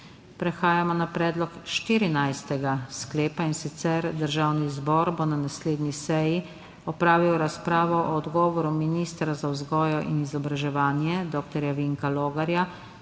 Prehajamo na predlog štirinajstega sklepa, in sicer: Državni zbor bo na naslednji seji opravil razpravo o odgovoru ministra za vzgojo in izobraževanje dr. Vinka Logaja